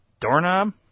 doorknob